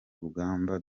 rugamba